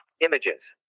Images